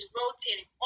rotating